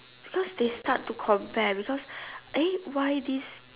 because they start to compare because eh why this